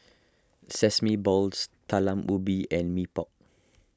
Sesame Balls Talam Ubi and Mee Pok